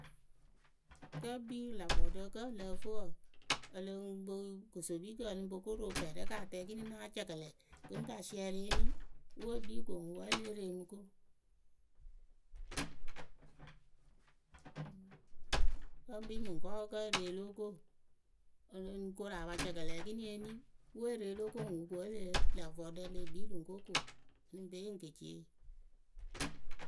kǝ́ ekpi rɨ lä vɔɖǝ kǝ e lǝ lǝ ǝfɨ wǝǝ ǝ lɨŋ po kosopikǝ ǝ lɨŋ ko ro fɛɛrɛ ka tɛŋ ekini náa cɛkɛlɛ kɨŋ pa siɛrɩ eni we ekpii ko ŋ wɨ wǝ́ e lée re o mɨ ko. Wǝ́ e kpii mɨŋ kɔɔwe kǝ́ ere lóo ko ǝ lɨŋ koru a pa cɛkɛlɛ ekini eni we ere o lóo ko wɨ ko wǝ́ e lee lä vɔɖǝ le kpii lɨŋ ko ko ǝ lɨŋ pe yee keciee.